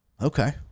Okay